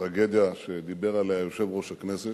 טרגדיה שדיבר עליה יושב-ראש הכנסת,